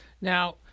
Now